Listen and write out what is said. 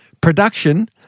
production